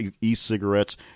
e-cigarettes